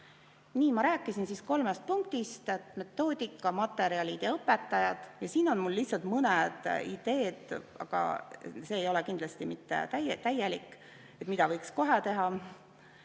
ma rääkisin kolmest punktist: metoodika, materjalid ja õpetajad. Siin on mul lihtsalt mõned ideed – see ei ole kindlasti mitte täielik –, mida võiks kohe teha.